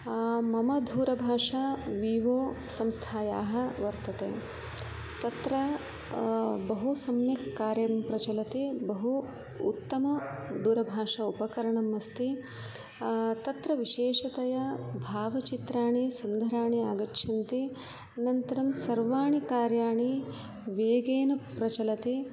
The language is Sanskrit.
मम धूरभाषा विवो संस्थायाः वर्तते तत्र बहु सम्यक् कार्यं प्रचलति बहु उत्तमदूरभाषा उपकरणम् अस्ति तत्र विशेषतया भावचित्राणि सुन्दराणि आगच्छन्ति अनन्तरं सर्वाणि कार्याणि वेगेन प्रचलति